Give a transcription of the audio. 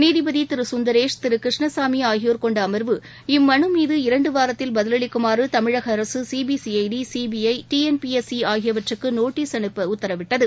நீதிபதி திரு சுந்தரேஷ் திரு கிருஷ்ணசாமி ஆகியோர் கொண்ட அமர்வு இம்மனு மீது இரண்டு வாரத்தில் பதில் அளிக்குமாறு தமிழக அரக சிபிசிஜடி சிபிஐ டிஎன்பிஎஸ்சி ஆகியவற்றுக்கு நோட்டீஸ் அனுப்ப உத்தரவிட்டது